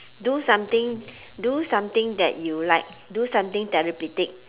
do something do something that you like do something therapeutic